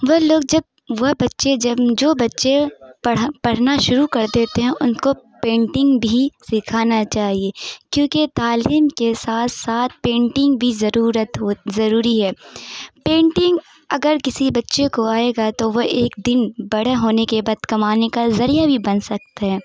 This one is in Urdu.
وہ لوگ جب وہ بچّے جب جو بچے پڑھ پڑھنا شروع کر دیتے ہیں ان کو پینٹنگ بھی سکھانا چاہیے کیونکہ تعلیم کے ساتھ ساتھ پینٹنگ بھی ضرورت ضروری ہے پینٹنگ اگر کسی بچّے کو آئے گا تو وہ ایک دن بڑا ہونے کے بعد کمانے کا ذریعہ بھی بن سکتے ہیں